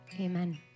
Amen